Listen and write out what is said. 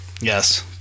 Yes